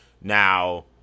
now